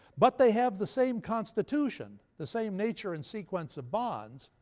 but they have the same constitution, the same nature and sequence of bonds,